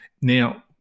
Now